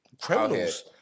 criminals